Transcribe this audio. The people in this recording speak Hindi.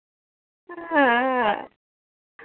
हाँ हाँ